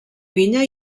vinya